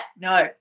No